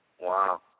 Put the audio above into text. Wow